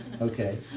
Okay